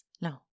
No